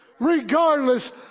Regardless